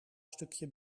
stukje